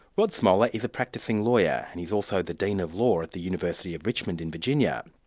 rod smolla is a practising lawyer and he's also the dean of law at the university of richmond in virginia.